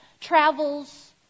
travels